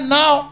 now